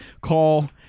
call